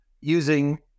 using